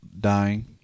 dying